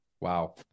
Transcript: Wow